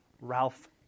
Ralph